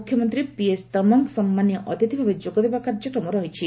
ମୁଖ୍ୟମନ୍ତ୍ରୀ ପିଏସ୍ ତମଙ୍ଗ ସମ୍ମାନୀୟ ଅତିଥି ଭାବେ ଯୋଗଦେବା କାର୍ଯ୍ୟକ୍ରମ ରହିଛି